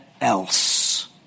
else